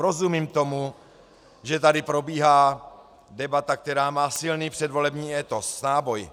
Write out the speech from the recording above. Rozumím tomu, že tady probíhá debata, která má silný předvolební étos, náboj.